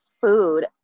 food